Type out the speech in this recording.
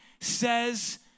says